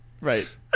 right